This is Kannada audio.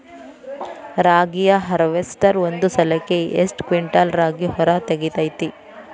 ರಾಗಿಯ ಹಾರ್ವೇಸ್ಟರ್ ಒಂದ್ ಸಲಕ್ಕ ಎಷ್ಟ್ ಕ್ವಿಂಟಾಲ್ ರಾಗಿ ಹೊರ ತೆಗಿತೈತಿ?